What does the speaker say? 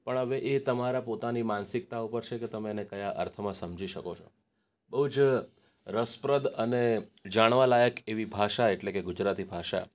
પણ હવે એ તમારા પોતાની માનસિકતા ઉપર છે કે તમે એને કયા અર્થમાં સમજી શકો છો બહુ જ રસપ્રદ અને જાણવાલાયક એવી ભાષા એટલે કે ગુજરાતી ભાષા